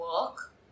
work